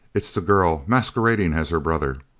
it's the girl, masquerading as her brother.